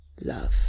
love